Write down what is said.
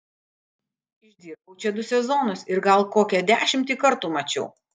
išdirbau čia du sezonus ir gal kokią dešimtį kartų mačiau